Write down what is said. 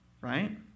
Right